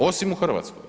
Osim u Hrvatskoj.